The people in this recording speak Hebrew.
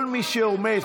כל מי שעומד.